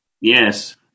Yes